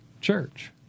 church